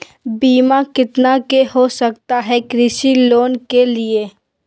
बीमा कितना के हो सकता है कृषि लोन के लिए?